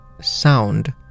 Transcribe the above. sound